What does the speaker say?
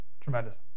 Tremendous